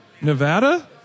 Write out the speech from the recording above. Nevada